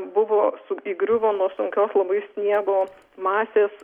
buvo sug įgriuvo nuo sunkios labai sniego masės